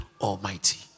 Almighty